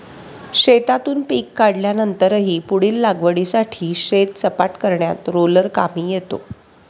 शेतातून पीक कापल्यानंतरही पुढील लागवडीसाठी शेत सपाट करण्यात रोलर कामी येतो